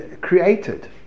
created